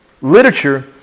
literature